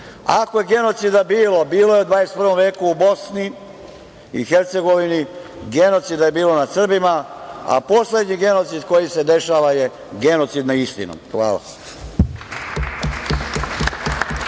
Ako je genocida bilo, a bilo je 21. veku u Bosni i Hercegovini, genocida je bilo nad Srbima, a poslednji genocid koji se dešava je genocid na istinu. Hvala.